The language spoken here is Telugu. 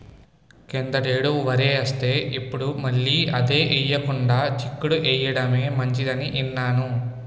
కిందటేడు వరేస్తే, ఇప్పుడు మళ్ళీ అదే ఎయ్యకుండా చిక్కుడు ఎయ్యడమే మంచిదని ఇన్నాను